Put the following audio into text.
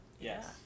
Yes